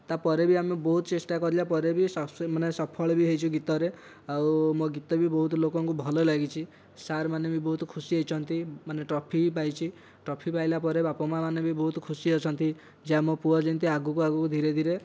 ତା'ପରେ ଭି ଆମେ ବହୁତ ଚେଷ୍ଟା କରିବା ପରେ ଭି ସଫଳ ଭି ହେଇଛୁ ଗୀତରେ ଆଉ ମୋ ଗୀତ ଭି ବହୁତ ଲୋକଙ୍କୁ ଭଲ ଲାଗିଛି ସାର୍ମାନେ ଭି ବହୁତ ଖୁସି ହେଇଛନ୍ତି ମାନେ ଟ୍ରଫି ବି ପାଇଛି ଟ୍ରଫି ପାଇଲା ପରେ ବାପା ମାଆମାନେ ଭି ବହୁତ ଖୁସି ଅଛନ୍ତି ଯେ ଆମର ପୁଅ ଯେମିତି ଆଗକୁ ଆଗକୁ ଧିରେ ଧିରେ